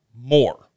more